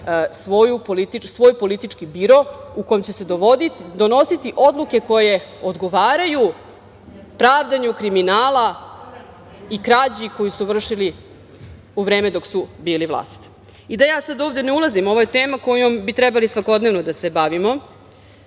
svoj politički biro u kome će se donositi odluke koje odgovaraju pravdanju kriminala i krađi koju su vršili u vreme dok su bili vlast. Da ja sada ovde ne ulazim, ovo je tema kojom bi trebalo svakodnevno da se bavimo.